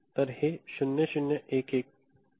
तर हे 0011 आहे